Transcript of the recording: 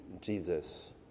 Jesus